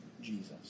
Jesus